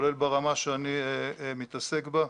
כולל ברמה שאני מתעסק בה.